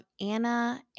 Anna